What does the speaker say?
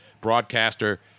broadcaster